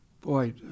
boy